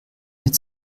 mit